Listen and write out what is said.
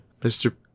mr